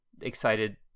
excited